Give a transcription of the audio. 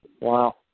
wow